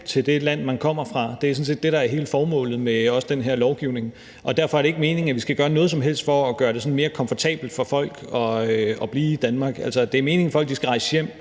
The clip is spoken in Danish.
til det land, man kommer fra. Det er sådan set det, der er hele formålet med også den her lovgivning. Derfor er det ikke meningen, at vi skal gøre noget som helst for at gøre det sådan mere komfortabelt for folk at blive i Danmark. Det er meningen, at folk skal rejse hjem.